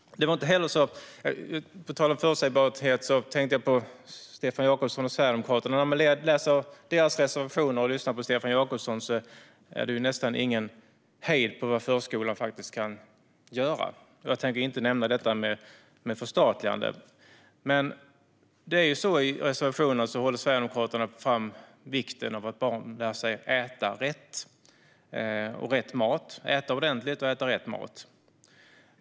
På tal om förutsägbarhet tänker jag på Stefan Jakobsson och Sverigedemokraterna. I deras reservationer och när man lyssnar på Stefan Jakobsson är det nästan ingen hejd på vad förskolan faktiskt kan göra. Jag tänker inte nämna detta med förstatligande, men i reservationerna lyfter Sverigedemokraterna fram vikten av att barn lär sig äta ordentligt och att de lär sig äta rätt mat.